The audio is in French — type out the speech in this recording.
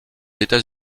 états